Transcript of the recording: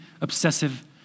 obsessive